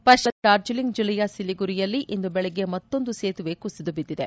ಪಶ್ಚಿಮ ಬಂಗಾಳದ ಡಾರ್ಜಿಲಿಂಗ್ ಜಿಲ್ಲೆಯ ಸಿಲಿಗುರಿಯಲ್ಲಿ ಇಂದು ಬೆಳಿಗ್ಗೆಮತ್ತೊಂದು ಸೇತುವೆ ಕುಸಿದುಬಿದ್ದಿದೆ